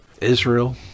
Israel